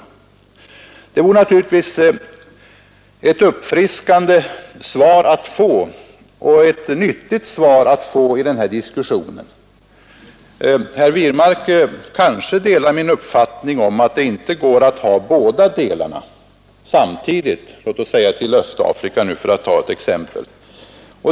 Det vore ett uppfriskande och nyttigt svar att få i den här diskussionen. Herr Wirmark kanske delar min uppfattning att det inte går att ha båda delarna samtidigt, exempelvis till Östafrika.